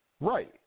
Right